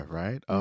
right